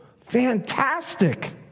Fantastic